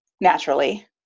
naturally